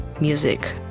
music